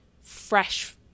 fresh